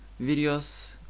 videos